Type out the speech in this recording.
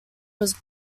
was